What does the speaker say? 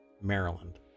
Maryland